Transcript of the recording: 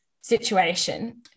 situation